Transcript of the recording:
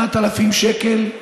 8,000 שקל?